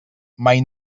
mai